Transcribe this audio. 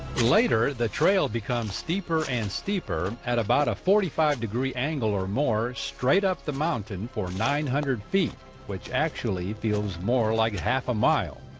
later, the trail becomes steeper and steeper at about a forty five degree angle or more straight up the mountain for nine hundred feet which actually feels more like half a mile.